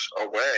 away